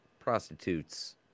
Prostitutes